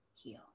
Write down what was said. heal